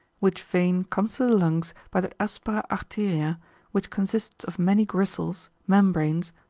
which vein comes to the lungs by that aspera arteria which consists of many gristles, membranes,